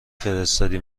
فرستادی